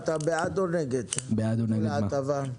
אתה בעד או נגד ביטול ההטבה?